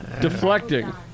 deflecting